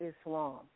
Islam